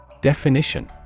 Definition